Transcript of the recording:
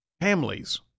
families